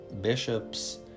bishops